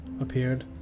appeared